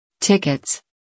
Tickets